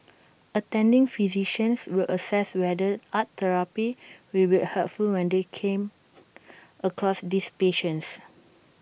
attending physicians will assess whether art therapy will be helpful when they come across these patients